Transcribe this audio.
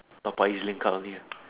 top up E_Z link card only ah